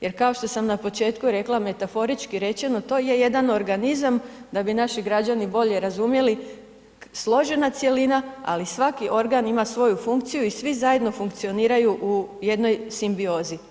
Jer kao što sam na početku rekla metaforički rečeno, to je jedan organizam da bi naši građani bolje razumjeli, složena cjelina, ali svaki organ ima svoju funkciju i svi zajedno funkcioniraju u jednoj simbiozi.